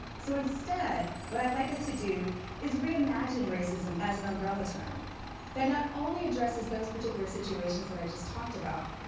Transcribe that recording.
so instead, what i'd like us to do is reimagine racism as an umbrella term that not only addresses those particular situations that i just talked about,